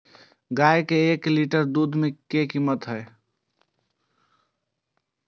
गाय के एक लीटर दूध के कीमत की हय?